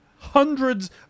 hundreds